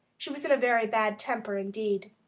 she was in a very bad temper indeed.